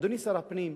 אדוני שר הפנים,